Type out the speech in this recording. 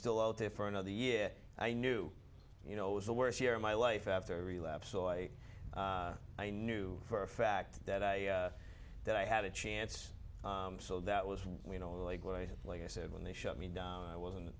still out there for another year i knew you know it was the worst year of my life after a relapse so i i knew for a fact that i that i had a chance so that was you know like like i said when they shut me down i wasn't